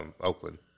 Oakland